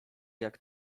jak